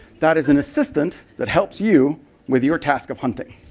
that is an assistant that helps you with your task of hunting.